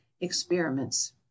Experiments